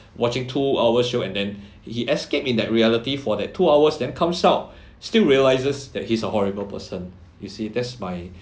watching two hour show and then he escaped in that reality for that two hours then comes out still realises that he's a horrible person you see that's my